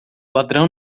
ladrão